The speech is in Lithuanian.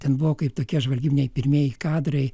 ten buvo kaip tokie žvalgybiniai pirmieji kadrai